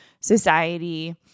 society